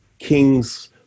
kings